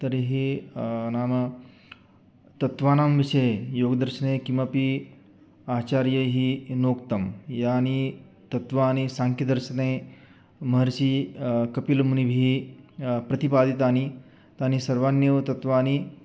तर्हि नाम तत्वानां विषये योगदर्शने किमपि आचार्यैः येनोक्तं यानि तत्त्वानि साङ्ख्यदर्शने महर्षिः कपिलमुनिभिः प्रतिपादितानि तानि सर्वाण्येव तत्त्वानि